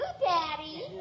Daddy